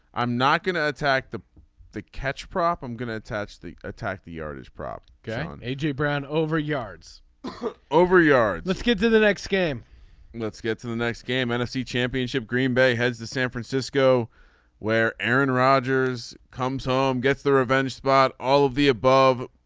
i'm not going to attack the the catch prop i'm gonna attach the attack the yardage prop guy aj brown over yards over yards let's get to the next game let's get to the next game nfc championship green bay heads to san francisco where aaron rodgers comes home gets the revenge spot all of the above.